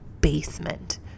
basement